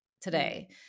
today